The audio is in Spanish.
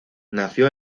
nació